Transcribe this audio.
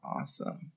Awesome